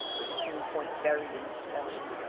its keen point buried in the spine.